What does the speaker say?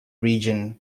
region